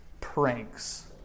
pranks